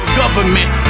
government